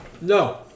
No